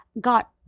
got